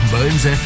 Bones